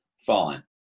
fine